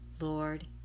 Lord